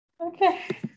Okay